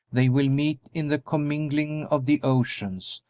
they will meet in the commingling of the oceans,